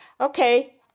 Okay